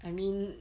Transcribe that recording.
I mean